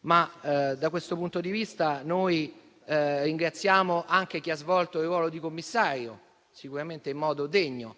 Da questo punto di vista, ringraziamo anche chi ha svolto il ruolo di commissario, sicuramente in modo degno.